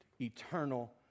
eternal